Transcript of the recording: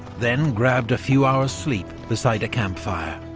then grabbed a few hours' sleep beside a camp fire.